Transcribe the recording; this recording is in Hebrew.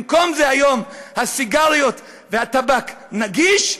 במקום זה היום הסיגריות והטבק נגישים,